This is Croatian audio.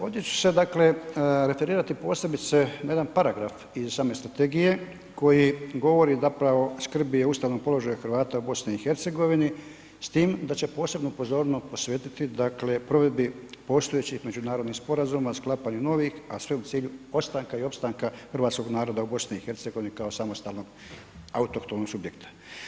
Ovdje ću se dakle referirati posebice na jedan paragraf iz same strategije koji govori zapravo, skrbi o ustavnom položaja Hrvata u BiH, s tim da će posebnu pozornost posvetiti dakle, provedbi postojećih međunarodnih sporazuma, sklapanju novih, a sve u cilju ostanka i opstanka hrvatskog naroda u BiH kao samostalnog autohtonog subjekta.